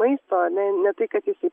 maisto ne ne tai kad jisai